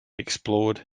explored